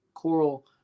Coral